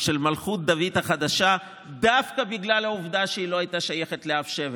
דוד החדשה דווקא בגלל העובדה שהיא לא הייתה שייכת לאף שבט,